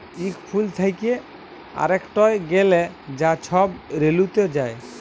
ইক ফুল থ্যাকে আরেকটয় গ্যালে যা ছব রেলুতে যায়